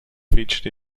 featured